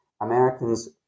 Americans